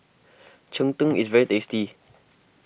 Cheng Tng is very tasty